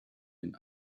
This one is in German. den